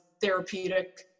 therapeutic